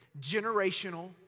generational